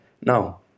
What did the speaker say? No